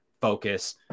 focus